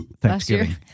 Thanksgiving